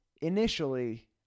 initially